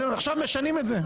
עכשיו משנים את זה.